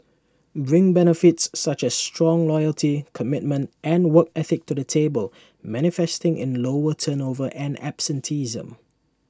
bring benefits such as strong loyalty commitment and work ethic to the table manifesting in lower turnover and absenteeism